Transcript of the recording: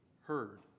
heard